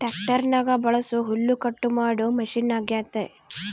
ಟ್ಯಾಕ್ಟರ್ನಗ ಬಳಸೊ ಹುಲ್ಲುಕಟ್ಟು ಮಾಡೊ ಮಷಿನ ಅಗ್ಯತೆ